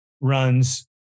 runs